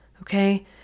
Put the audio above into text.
Okay